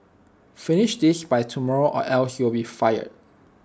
finish this by tomorrow or else you'll be fired